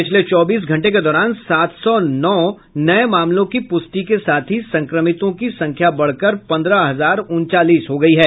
पिछले चौबीस घंटे के दौरान सात सौ नौ नये मामलों की प्रष्टि के साथ ही संक्रमितों की संख्या बढ़कर पंद्रह हजार उनचालीस हो गयी है